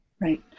Right